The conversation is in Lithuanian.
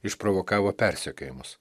išprovokavo persekiojimus